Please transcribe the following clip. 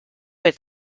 its